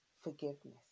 Forgiveness